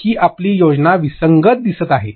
ही आपली योजना विसंगत दिसत आहे